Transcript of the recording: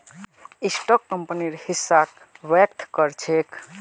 stock कंपनीर हिस्साक व्यक्त कर छेक